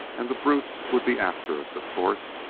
and the brutes would be after us, of course.